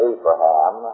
Abraham